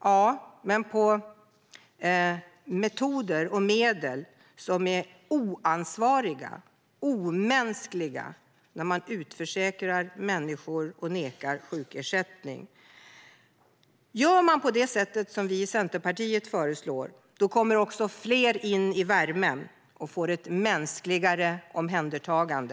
Ja, men med metoder och medel som är oansvariga och omänskliga när människor utförsäkras och nekas sjukersättning. Om man gör som vi i Centerpartiet föreslår kommer också fler in i värmen och får ett mänskligare omhändertagande.